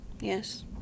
Yes